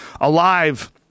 alive